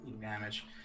damage